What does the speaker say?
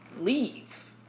leave